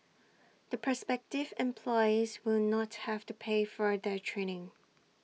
the prospective employees will not have to pay for their training